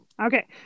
Okay